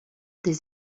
des